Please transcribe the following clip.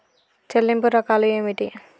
చెల్లింపు రకాలు ఏమిటి?